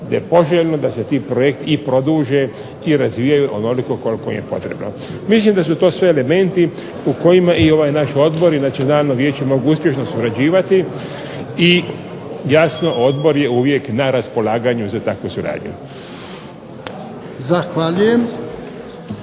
čak je poželjno da se ti projekti i produže i razvijaju onoliko koliko je potrebno. Mislim da su to sve elementi u kojima i ovaj naš odbor i Nacionalno vijeće mogu uspješno surađivati i jasno odbor je uvijek na raspolaganju za takvu suradnju.